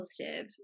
positive